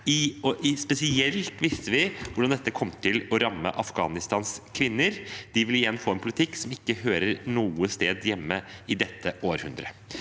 spesielt visste vi hvordan det kom til å ramme Afghanistans kvinner. De ville igjen få en politikk som ikke hører noe sted hjemme i dette århundret.